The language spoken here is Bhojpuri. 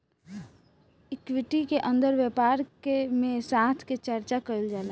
इक्विटी के अंदर व्यापार में साथ के चर्चा कईल जाला